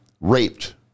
raped